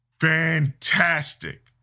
fantastic